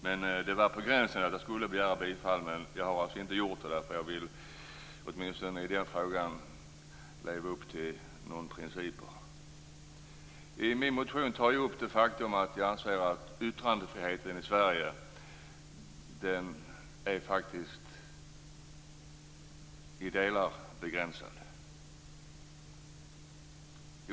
Men det var på gränsen till att jag skulle begära bifall till min motion, men jag har inte gjort det, eftersom jag åtminstone i den frågan vill leva upp till mina principer. I min motion tar jag upp att jag anser att yttrandefriheten i Sverige i vissa delar är begränsad.